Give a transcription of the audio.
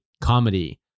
comedy